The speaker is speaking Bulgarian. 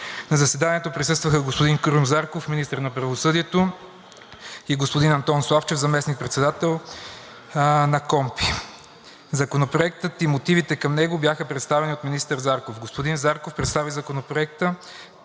На заседанието присъстваха: господин Крум Зарков – министър на правосъдието, и господин Антон Славчев – заместник-председател на КПКОНПИ. Законопроектът и мотивите към него бяха представени от министър Зарков. Господин Зарков представи Законопроекта,